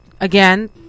again